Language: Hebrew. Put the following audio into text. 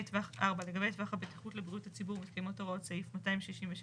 טווח הבטיחות לבריאות הציבור מתקיימות הוראות סעיף 266ג4(א)(3).